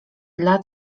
dla